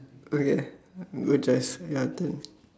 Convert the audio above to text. okay good choice your turn